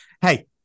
hey